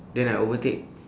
then I overtake